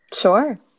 Sure